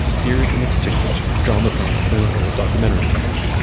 here's an exchange, dramatized in an old documentary segment,